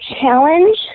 challenge